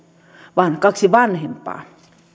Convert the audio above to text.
vaan kaksi vanhempaa